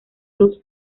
los